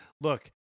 look